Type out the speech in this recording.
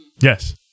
Yes